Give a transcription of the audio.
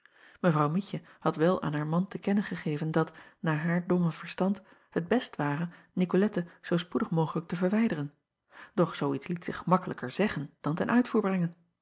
evrouw ietje had wel aan haar man te kennen gegeven dat naar haar domme verstand het best ware icolette zoo spoedig mogelijk te verwijderen doch zoo iets liet zich gemakkelijker zeggen dan ten uitvoer brengen